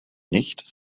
nicht